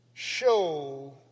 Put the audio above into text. Show